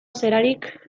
zelarik